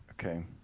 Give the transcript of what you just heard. Okay